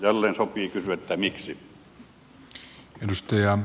jälleen sopii kysyä miksi